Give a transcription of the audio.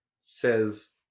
says